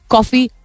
Coffee